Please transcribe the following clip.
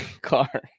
car